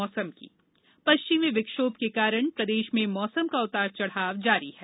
मौसम पश्चिमी विक्षोभ के कारण प्रदेश में मौसम का उतार चढ़ाव जारी है